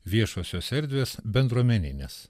viešosios erdvės bendruomeninės